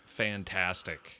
fantastic